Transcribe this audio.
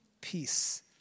Peace